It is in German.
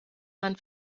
man